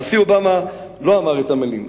הנשיא אובמה לא אמר את המלים,